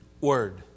word